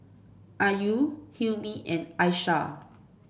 Ayu Hilmi and Aishah